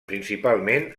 principalment